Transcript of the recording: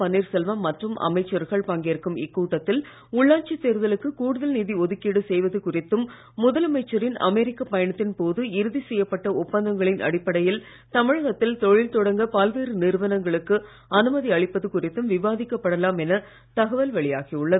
பன்னீர்செல்வம் மற்றும் அமைச்சர்கள் பங்கேற்கும் இக்கூட்டத்தில் உள்ளாட்சி தேர்தலுக்கு கூடுதல் நிதி நடுக்கீடு செய்வது குறித்தும் முதலமைச்சரின் அமெரிக்கப் பயணத்தின் போது இறுதி செய்யப்பட்ட ஒப்பந்தங்களின் அடிப்படையில் தமிழகத்தில் தொழில் தொடங்க பல்வேறு நிறுவனங்களுக்கு அனுமதி அளிப்பது குறித்தும் விவாதிக்கப்படலாம் என தகவல் வெளியாகி உள்ளது